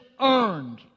earned